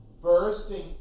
Bursting